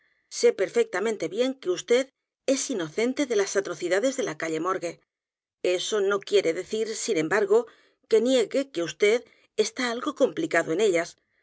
é perfectamente bien que vd es inocente de las atrocidades de la calle morgue eso no quiere decir sin embargo que niegue que vd está algo complicado en ellas